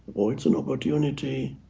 it's an opportunity